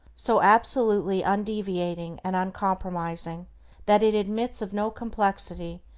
so absolutely undeviating and uncompromising that it admits of no complexity,